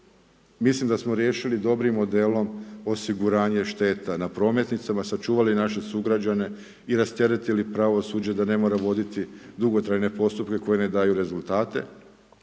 Mislim da smo riješili dobrim modelom osiguranje šteta na prometnicama, sačuvali naše sugrađane i rasteretili pravosuđe da ne mora voditi dugotrajne postupke koji ne daju rezultate,